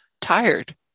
tired